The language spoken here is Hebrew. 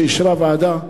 שאישרה הוועדה,